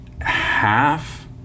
half